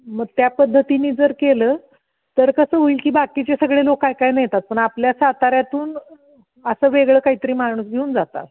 मग त्या पद्धतीने जर केलं तर कसं होईल की बाकीचे सगळे लोक काय काय नेतात पण आपल्या साताऱ्यातून असं वेगळं काही तरी माणूस घेऊन जातात